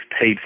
paid